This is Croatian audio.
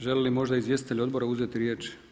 Želi li možda izvjestitelj odbora uzeti riječ?